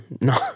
no